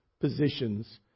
positions